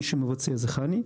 מי שמבצע זה חנ"י,